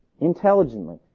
intelligently